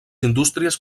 indústries